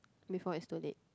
before is too late